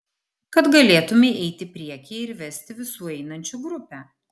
kad galėtumei eiti priekyje ir vesti visų einančių grupę